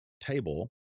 table